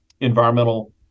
environmental